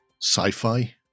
sci-fi